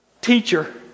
teacher